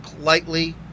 lightly